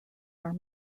are